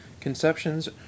Conceptions